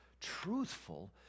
truthful